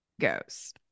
goes